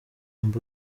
amb